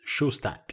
Showstack